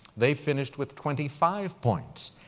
they finished with twenty five points.